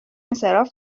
انصراف